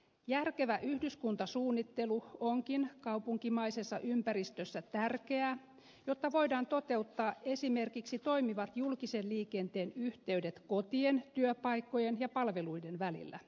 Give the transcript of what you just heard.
järkevä yhdyskuntasuunnittelu onkin kaupunkimaisessa ympäristössä tärkeää jotta voidaan toteuttaa esimerkiksi toimivat julkisen liikenteen yhteydet kotien työpaikkojen ja palveluiden välillä